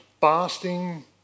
fasting